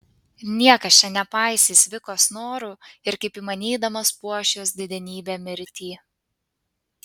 niekas čia nepaisys vikos norų ir kaip įmanydamas puoš jos didenybę mirtį